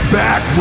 back